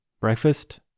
breakfast